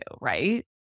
right